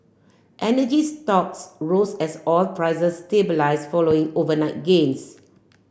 energy stocks rose as oil prices stabilise following overnight gains